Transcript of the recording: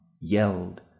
yelled